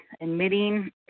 Admitting